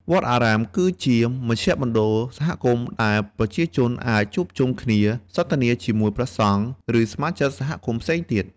វត្តអារាមគឺជាមជ្ឈមណ្ឌលសហគមន៍ដែលប្រជាជនអាចជួបជុំគ្នា សន្ទនាជាមួយព្រះសង្ឃ ឬសមាជិកសហគមន៍ផ្សេងទៀត។